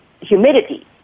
humidity